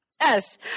Yes